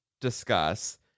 discuss